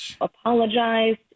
apologized